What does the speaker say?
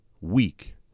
weak